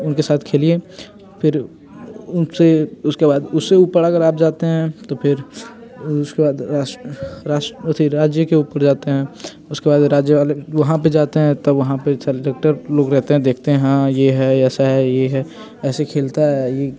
उनके साथ खेलिए फिर उनसे उसके बाद उससे ऊपर अगर आप जाते हैं तो फिर उसके बाद राष्ट्र राष्ट्र अति राज्य के ऊपर जाते हैं उसके बाद राज्य वाले वहाँ पर जाते हैं तब वहाँ पर सलेक्टर लोग रहते हैं देखते हाँ ये है ऐसा है ये है ऐसे खेलता है